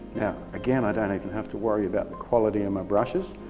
now again i don't even have to worry about the quality of my brushes,